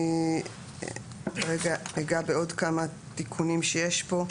אני אגע בעוד כמה תיקונים שיש פה.